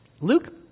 Luke